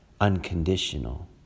unconditional